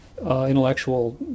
intellectual